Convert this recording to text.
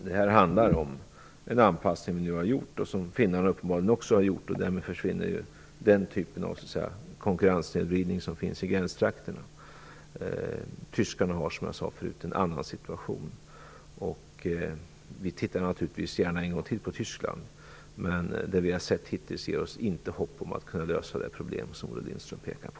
Detta är en anpassning som vi nu har genomfört och som finnarna uppenbarligen också har genomfört, och därmed försvinner den konkurrenssnedvridning som har funnits i gränstrakterna. Situationen i Tyskland är som jag sade förut en annan. Vi tittar naturligtvis gärna en gång till på systemet i Tyskland, men det vi har sett hittills ger oss inte hopp om att kunna lösa det problem som Olle Lindström pekar på.